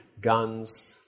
guns